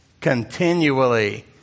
continually